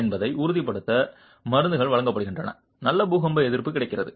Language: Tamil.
என்பதை உறுதிப்படுத்த மருந்துகள் வழங்கப்படுகின்றன நல்ல பூகம்ப எதிர்ப்பு கிடைக்கிறது